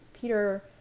peter